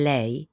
Lei